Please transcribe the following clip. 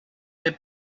des